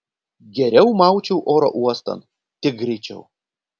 geriau maučiau oro uostan tik greičiau